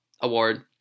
award